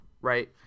Right